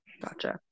Gotcha